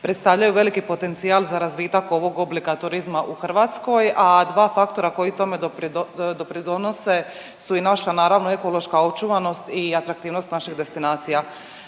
predstavljaju veliki potencijal za razvitak ovog oblika turizma u Hrvatskoj, a dva faktora koji tome pridonose su i naša naravno ekološka očuvanost i atraktivnost naših destinacija.